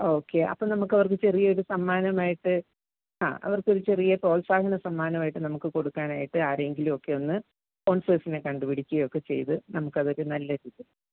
okay അപ്പോൾ നമുക്ക് അവർക്ക് ചെറിയൊരു സമ്മാനം ആയിട്ട് ആ അവർക്കൊരു ചെറിയ പ്രോത്സാഹന സമ്മാനം ആയിട്ട് നമുക്ക് കൊടുക്കാനായിട്ട് ആരെയെങ്കിലും ഒക്കെയൊന്ന് സ്പോൺസേസിനെ കണ്ട് പിടിക്കുവോ ഒക്കെ ചെയ്ത് നമുക്ക് അതൊരു നല്ല ഒരു ഇത്